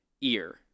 ear